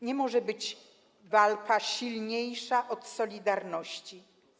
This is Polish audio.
Nie może być walka silniejsza od solidarności.